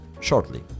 shortly